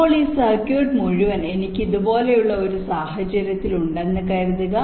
ഇപ്പോൾ ഈ സർക്യൂട്ട് മുഴുവൻ എനിക്ക് ഇതുപോലുള്ള ഒരു സാഹചര്യത്തിൽ ഉണ്ടെന്ന് കരുതുക